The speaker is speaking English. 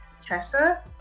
Tessa